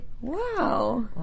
Wow